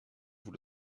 vous